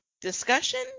discussion